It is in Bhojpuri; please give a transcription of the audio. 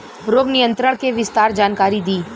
रोग नियंत्रण के विस्तार जानकारी दी?